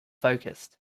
focused